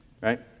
Right